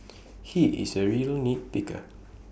he is A real nit picker